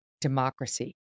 democracy